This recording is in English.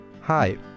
Hi